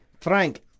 Frank